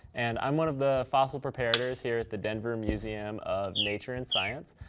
and i'm one of the fossil preparators here at the denver museum of nature and science.